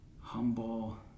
humble